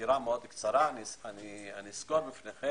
בסקירה קצרה אסקור אותם.